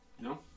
No